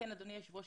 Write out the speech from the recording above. אדוני היושב ראש,